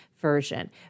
version